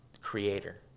creator